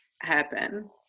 happen